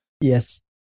Yes